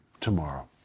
tomorrow